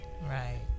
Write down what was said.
right